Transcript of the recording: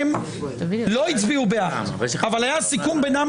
הם לא הצביעו בעד אבל היה סיכום בינם